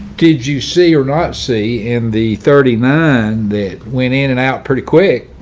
did you see or not see in the thirty nine that went in and out pretty quick.